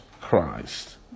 Christ